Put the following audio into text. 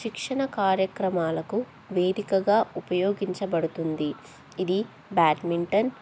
శిక్షణ కార్యక్రమాలకు వేదికగా ఉపయోగించబడుతుంది ఇది బ్యాడ్మింటన్